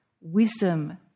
wisdom